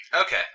Okay